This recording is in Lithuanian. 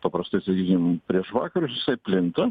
paprastai sakykim prieš vakarus jisai plinta